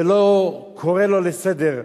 ולא קורא אותו לסדר.